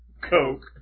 coke